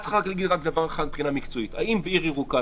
את צריכה לומר רק דבר אחד מבחינה מקצועית: האם בעיר ירוקה,